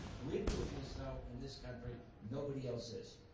we're doing this though, in this country, nobody else is.